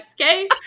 Okay